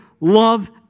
love